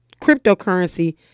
cryptocurrency